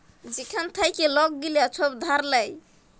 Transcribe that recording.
যেখাল থ্যাইকে লক গিলা ছব ধার লেয়